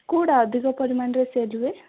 କେଉଁଟା ଅଧିକ ପରିମାଣରେ ସେଲ୍ ହୁଏ